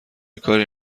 کاری